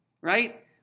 right